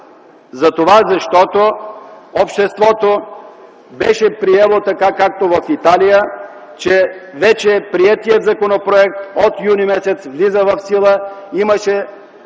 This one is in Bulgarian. за това, защото обществото беше приело така, както в Италия, че вече приетият законопроект от м. юни влиза в сила. Имаше